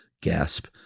gasp